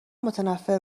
متنفر